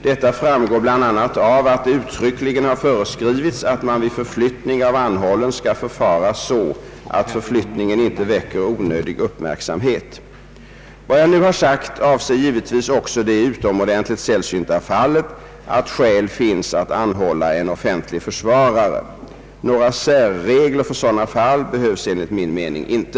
Detta framgår bl.a. av att det uttryckligen har föreskrivits, att man vid förflyttning av anhållen skall förfara så att förflyttningen inte väcker onödig uppmärksamhet. Vad jag nu har sagt avser givetvis också det utomordentligt sällsynta fallet att skäl finns att anhålla en offentlig försvarare. Några särregler för sådana fall behövs enligt min mening inte.